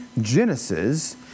Genesis